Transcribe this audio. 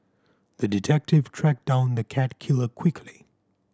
the detective tracked down the cat killer quickly